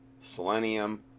selenium